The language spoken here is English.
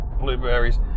blueberries